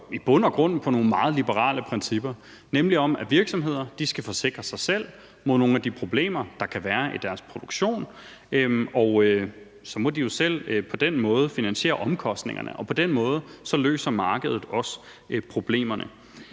i bund og grund bygger på nogle meget liberale principper, nemlig et princip om, at virksomheder skal forsikre sig selv mod nogle af de problemer, der kan være i deres produktion, og så må de jo selv finansiere omkostningerne, og på den måde løser markedet også problemerne